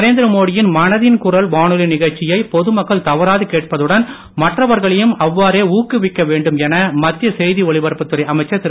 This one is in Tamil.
நரேந்திர மோடியின் மனதின் குரல் வானொலி நிகழ்ச்சியை பொதுமக்கள் தவறாது கேட்பதுடன் மற்றவர்களையும் அவ்வாறே ஊக்குவிக்க வேண்டும் என மத்திய செய்தி ஒலிபரப்புத்துறை அமைச்சர் திரு